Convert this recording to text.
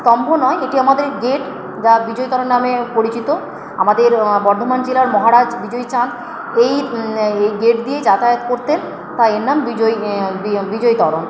স্তম্ভ নয় এটি আমাদের গেট যা বিজয়ী তরণ নামে পরিচিত আমাদের বর্ধমান জেলার মহারাজ বিজয়ীচাঁদ এই গেট দিয়েই যাতায়াত করতেন তাই এর নাম বিজয়ী বিজয়ী তরণ